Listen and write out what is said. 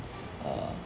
err